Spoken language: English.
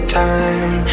time